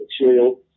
material